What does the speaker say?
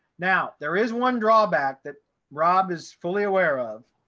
now, there is one drawback that rob is fully aware of,